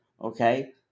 Okay